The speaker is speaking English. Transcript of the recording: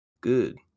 Good